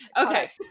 okay